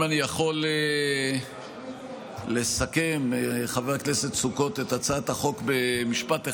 אם אני יכול לסכם את הצעת החוק במשפט אחד,